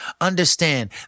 Understand